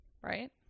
right